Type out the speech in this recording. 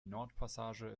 nordpassage